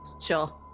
Sure